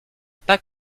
pas